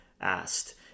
asked